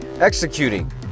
executing